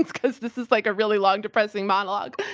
because this is like a really long depressing monologue.